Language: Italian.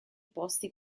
posti